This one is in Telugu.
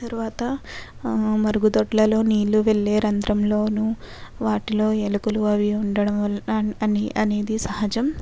తరువాత మరుగుదొడ్లలో నీళ్ళు వెళ్ళే రంద్రంలోనూ వాటిలో ఎలుకలు అవి ఉండడం వలన అని అని అనేది సహజం